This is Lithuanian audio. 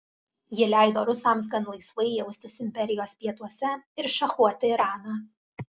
ji leido rusams gan laisvai jaustis imperijos pietuose ir šachuoti iraną